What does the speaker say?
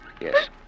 Yes